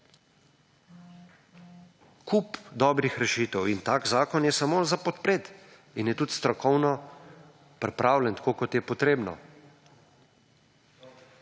Kup dobrih rešitev. In tak zakon je samo za podpreti in je tudi strokovno pripravljen tako kot je potrebno.